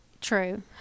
True